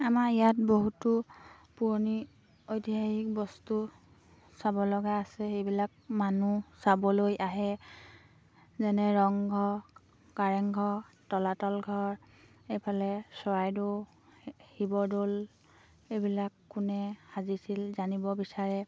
আমাৰ ইয়াত বহুতো পুৰণি ঐতিহাসিক বস্তু চাব লগা আছে সেইবিলাক মানুহ চাবলৈ আহে যেনে ৰংঘৰ কাৰেংঘৰ তলাতল ঘৰ এইফালে চৰাইদেউ শিৱদৌল এইবিলাক কোনে সাজিছিল জানিব বিচাৰে